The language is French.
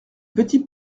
petit